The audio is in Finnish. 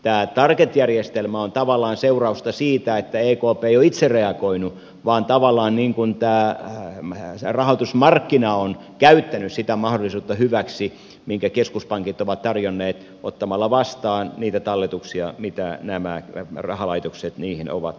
tämä target järjestelmä on tavallaan seurausta siitä että ekp ei ole itse reagoinut vaan tavallaan rahoitusmarkkina on käyttänyt hyväksi sitä mahdollisuutta minkä keskuspankit ovat tarjonneet ottamalla vastaan niitä talletuksia joita nämä rahalaitokset niihin ovat tuoneet